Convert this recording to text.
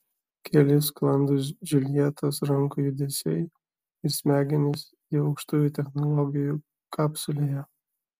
keli sklandūs džiuljetos rankų judesiai ir smegenys jau aukštųjų technologijų kapsulėje